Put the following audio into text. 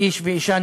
איש ואישה.